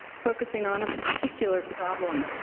focusing on a particular problem.